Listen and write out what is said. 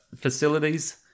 facilities